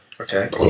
Okay